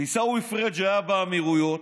עיסאווי פריג' היה באמירויות,